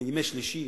בימי שלישי,